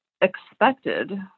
expected